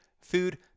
food